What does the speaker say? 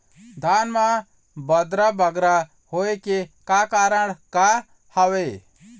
धान म बदरा बगरा होय के का कारण का हवए?